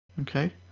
Okay